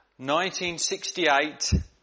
1968